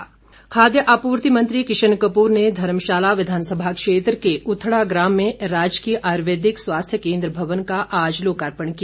किशन कपूर खाद्य आपूर्ति मंत्री किशन कपूर ने धर्मशाला विधानसभा क्षेत्र के उथड़ाग्रां में राजकीय आयुर्वेदिक स्वास्थ्य केंन्द्र भवन का आज लोकापर्ण किया